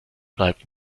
bleibt